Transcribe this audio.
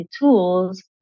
tools